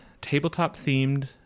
tabletop-themed